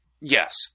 yes